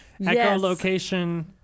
echolocation